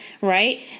Right